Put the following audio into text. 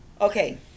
Okay